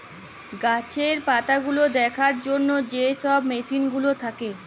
গাহাচের পাতাগুলা দ্যাখার জ্যনহে যে ছব মেসিল গুলা থ্যাকে